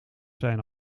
zijn